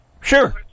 Sure